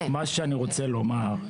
מה שאני רוצה לומר הוא